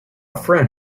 friend